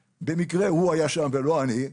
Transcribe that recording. במקרה הוא היה שם ולא אני.